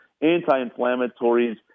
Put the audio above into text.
anti-inflammatories